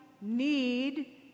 need